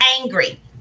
angry